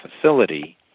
facility